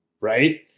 Right